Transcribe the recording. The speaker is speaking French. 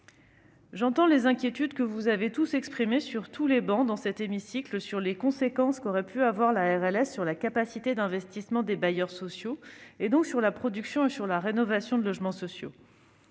J'entends les inquiétudes que vous avez tous exprimées, sur toutes les travées de cet hémicycle, sur les conséquences qu'aurait pu avoir la RLS sur la capacité d'investissement des bailleurs sociaux et donc sur la production et la rénovation de logements sociaux.